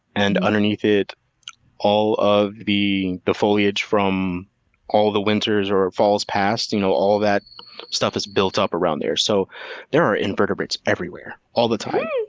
and underneath it all of the the foliage from all the winters or falls past, you know, all of that stuff is built up around there. so there are invertebrates everywhere, all the time,